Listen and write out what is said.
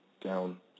down